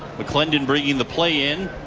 mcclendon bringing the play and,